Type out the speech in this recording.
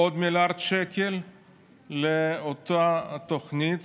עוד מיליארד שקל לאותה תוכנית